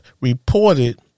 reported